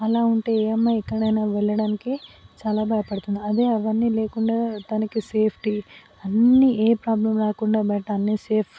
అలా ఉంటే ఏ అమ్మాయి ఎక్కడైనా వెళ్ళడానికి చాలా భయపడుతుంది అదే అవన్నీ లేకుండా తనకి సేఫ్టీ అన్నీ ఏ ప్రాబ్లెమ్ లేకుండా బయట అన్నీసేఫ్